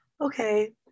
okay